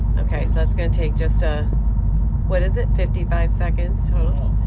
okay, so that's gonna take just, ah what is it? fifty five seconds total?